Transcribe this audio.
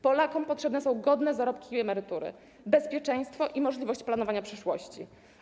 Polakom potrzebne są godne zarobki i emerytury, bezpieczeństwo i możliwość planowania przyszłości.